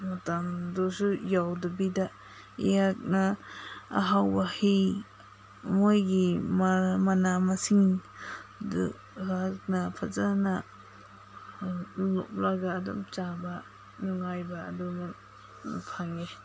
ꯃꯇꯝꯗꯨꯁꯨ ꯌꯧꯗꯕꯤꯗ ꯑꯩꯍꯥꯛꯅ ꯑꯍꯥꯎꯕ ꯍꯩ ꯃꯣꯏꯒꯤ ꯃꯅꯥ ꯃꯁꯤꯡꯗꯨ ꯑꯩꯍꯥꯛꯅ ꯐꯖꯅ ꯂꯣꯛꯂꯒ ꯆꯥꯕ ꯅꯨꯡꯉꯥꯏꯕ ꯑꯗꯨꯃꯛ ꯐꯪꯉꯦ